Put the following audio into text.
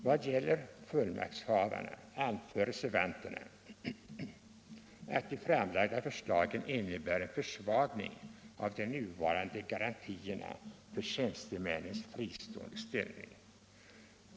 Vad gäller fullmaktshavarna anför reservanterna att de framlagda förslagen innebär en försvagning av de nuvarande garantierna för tjänstemännens fristående ställning.